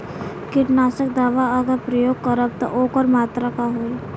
कीटनाशक दवा अगर प्रयोग करब त ओकर मात्रा का होई?